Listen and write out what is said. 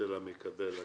אצל מקבל הקצבה.